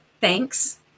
thanks